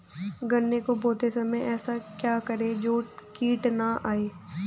गन्ने को बोते समय ऐसा क्या करें जो कीट न आयें?